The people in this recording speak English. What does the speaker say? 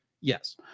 Yes